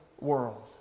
world